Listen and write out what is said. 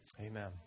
Amen